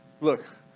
look